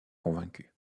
convaincu